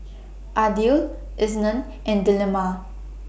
Aidil Isnin and Delima